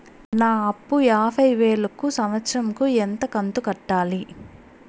నా అప్పు యాభై వేలు కు సంవత్సరం కు ఎంత కంతు కట్టాలి?